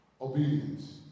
Obedience